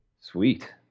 Sweet